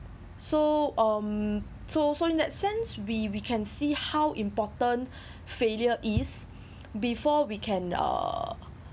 so um so so in that sense we we can see how important failure is before we can uh